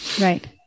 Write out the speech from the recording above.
Right